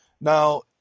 Now